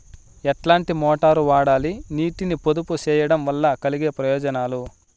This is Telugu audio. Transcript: ఎట్లాంటి మోటారు వాడాలి, నీటిని పొదుపు సేయడం వల్ల కలిగే ప్రయోజనాలు?